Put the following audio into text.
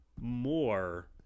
more